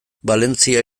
valentzia